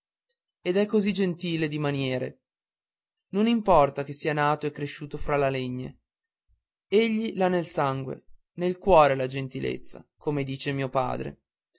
ed è così gentile di maniere non importa che sia nato e cresciuto fra le legna egli l'ha nel sangue nel cuore la gentilezza come dice mio padre